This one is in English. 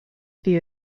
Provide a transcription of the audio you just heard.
view